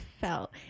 felt